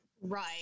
Right